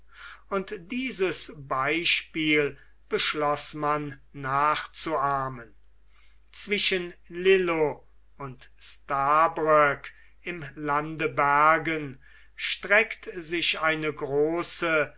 und dieses beispiel beschloß man nachzuahmen zwischen lillo und stabroek im lande bergen streckt sich eine große